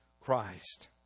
Christ